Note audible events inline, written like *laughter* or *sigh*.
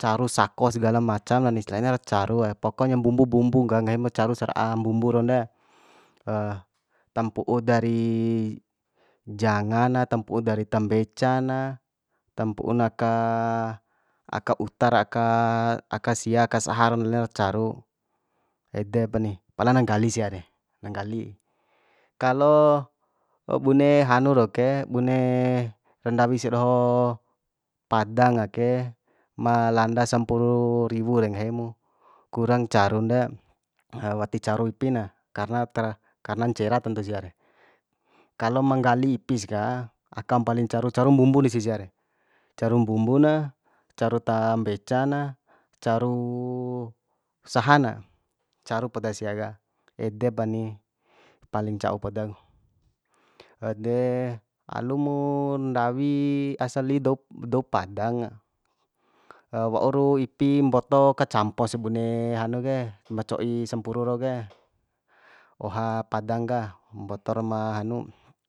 caru sakos sgala macam na ni laina carue pokonya mbumbu bumbu ka nggahi mu caru sara'a mbumbu raun de *hesitation* tampu'u dari janga na tampu'u dari tambeca na tampu'u na ka aka uta ra aka sia aka saha raun lainar caru edepani pala na nggali sia re na nggali kalo *hesitation* bune haru rau ke bune ra ndawi sia doho padang ake ma landa sampuru riwu re nggahi mu kurang carun de ngaha wati caru ipi na karna tara karna ncera ton de siare kalo ma nggali ipis ka aka ma paling caru caru mbumbun desi sia re caru mbumbu na caru tambeca na caru saha na caru podas sia ka edepani paling ca'u poda ku *hesitation* alumu ndawi asali doup dou padanga *hesitation* wauru ipi mboto kacampos bune hanu ke ma co'i sampuru rau ke oha padang ka mbotoro ma hanu